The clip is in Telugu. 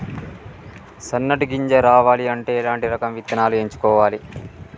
సన్నటి గింజ రావాలి అంటే ఎలాంటి రకం విత్తనాలు ఎంచుకోవాలి?